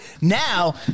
Now